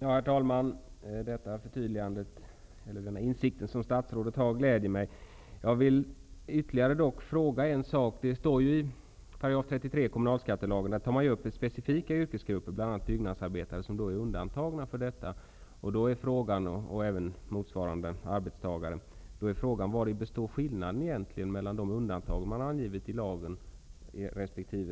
Herr talman! Denna statsrådets insikt glädjer mig. kommunalskattelagen tar man ju upp specifika yrkesgrupper, bl.a. byggnadsarbetare och motsvarande arbetstagare, som är undantagna från detta. Då är frågan: Vari består egentligen skillnaden mellan de undantagna yrkesgrupper som anges i